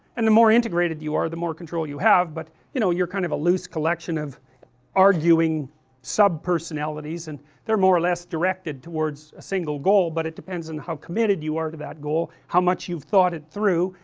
and the more integrated you are the more control you have but, you know you are kind of a loose collection arguing sub-personalities, and they are more or less directed towards a single goal, but it depends on how committed you are to that goal, how much you have thought it through,